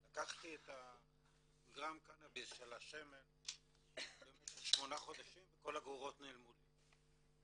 לקחתי את הגרם קנאביס של השמן במשך שמונה חודשים וכל הגרורות נעלמו לי.